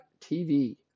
TV